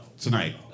tonight